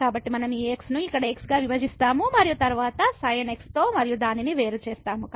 కాబట్టి మనం ఈ x ను ఇక్కడ x గా విభజిస్తాము మరియు తరువాత sin x తో మరియు దానిని వేరు చేస్తాము